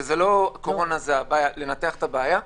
וזה לא הקורונה אלא לנתח את הבעיה.